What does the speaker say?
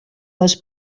les